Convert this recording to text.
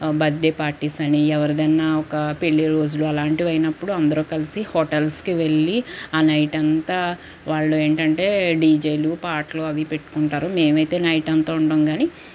birthday parties అని ఎవరిదన్నా ఒక పెళ్లి రోజులు అలాంటివన్నీ అయినప్పుడు అందరూ కలిసి హోటల్సుకు వెళ్ళి ఆ నైట్ అంతా ఏంటంటే డీజేలు పాటలు అవి పెట్టుకుంటారు మేమైతే నైట్ అంతా ఉండం కానీ